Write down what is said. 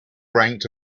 ranked